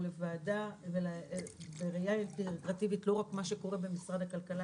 לוועדה בראייה - לא רק מה שקורה במשרד הכלכלה,